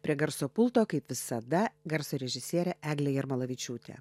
prie garso pulto kaip visada garso režisierė eglė jarmolavičiūtė